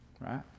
Right